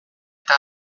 eta